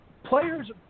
Players